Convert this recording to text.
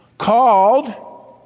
called